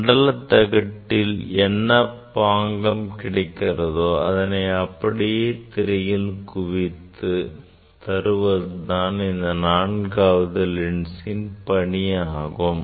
மண்டல தகட்டில் என்ன பாங்கம் கிடைக்கிறதோ அதனை அப்படியே திரையில் குவித்து தருவதுதான் இந்த நான்காவது லென்சின் பணி ஆகும்